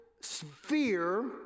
sphere